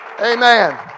Amen